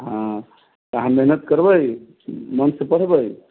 हँ तऽ अहाँ मेहनत करबै मन से पढ़बै